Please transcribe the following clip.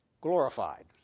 glorified